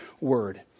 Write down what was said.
word